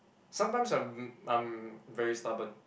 sometimes I'm I'm very stubborn